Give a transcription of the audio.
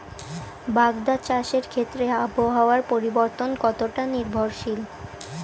বাগদা চাষের ক্ষেত্রে আবহাওয়ার পরিবর্তন কতটা নির্ভরশীল?